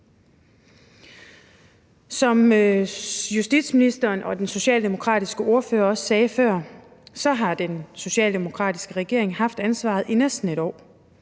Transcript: Som justitsministeren og den socialdemokratiske ordfører også sagde før, har den socialdemokratiske regering haft ansvaret i næsten et år,